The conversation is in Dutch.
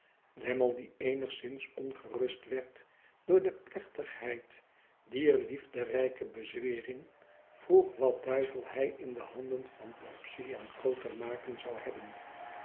lammie die eenigszins ongerust werd door de plechtigheid dier liefderijke bezwering vroeg wat duivel hij in de handen van pubsey en co te maken zou hebben